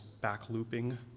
back-looping